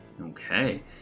Okay